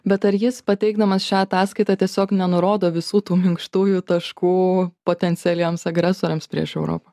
bet ar jis pateikdamas šią ataskaitą tiesiog nenurodo visų tų minkštųjų taškų potencialiems agresoriams prieš europą